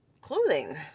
clothing